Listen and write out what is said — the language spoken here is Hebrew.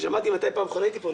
כששמעתי מתי בפעם האחרונה הייתי פה,